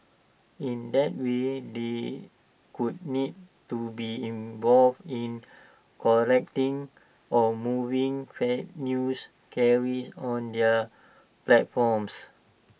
in that way they could need to be involved in correcting or moving fake news carried on their platforms